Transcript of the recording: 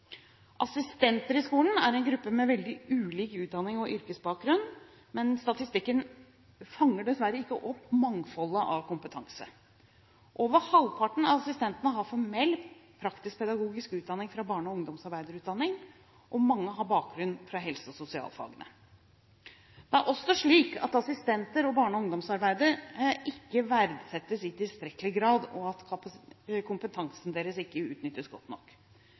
Assistenter i skolen er en gruppe med veldig ulik utdannings- og yrkesbakgrunn, men statistikken fanger dessverre ikke opp mangfoldet av kompetanse. Over halvparten av assistentene har formell praktisk-pedagogisk utdanning fra barne- og ungdomsarbeiderutdanning, og mange har bakgrunn fra helse- og sosialfagene. Det er også slik at assistenter og barne- og ungdomsarbeidere ikke verdsettes i tilstrekkelig grad, og at kompetansen deres ikke utnyttes godt nok.